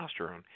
testosterone